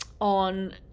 on